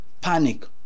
panic